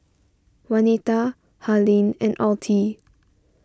Juanita Harlene and Altie